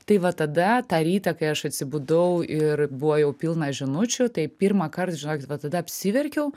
tai va tada tą rytą kai aš atsibudau ir buvo jau pilna žinučių tai pirmąkart žinokit va tada apsiverkiau